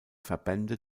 verbände